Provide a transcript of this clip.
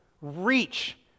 reach